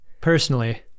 personally